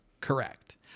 Correct